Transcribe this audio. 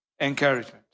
encouragement